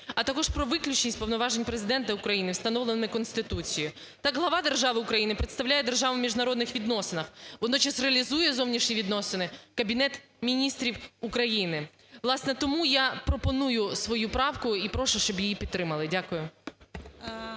а також про виключення з повноважень Президента України встановлені Конституцією. Так Глава держави України представляє державу в міжнародних відносинах, водночас, реалізує зовнішні відносини Кабінет Міністрів України. Власне тому я пропоную свою правку і прошу, щоб її підтримали. Дякую.